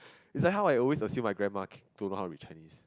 is that how I always assume my grandma don't know to read Chinese